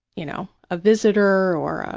you know, a visitor or,